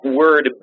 word